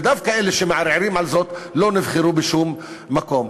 ודווקא אלה שמערערים על זאת לא נבחרו בשום מקום.